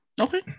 Okay